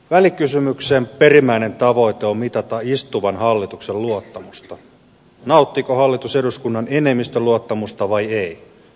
välikysymyksen perimmäinen tavoite on mitata istuvan hallituksen luottamusta nauttiiko hallitus eduskunnan enemmistön luottamusta vai ei